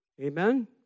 amen